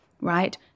right